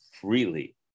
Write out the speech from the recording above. freely